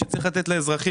כשצריך לתת לאזרחים,